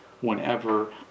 whenever